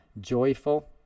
joyful